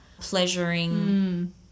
pleasuring